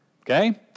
Okay